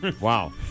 Wow